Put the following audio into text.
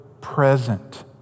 present